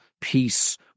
peace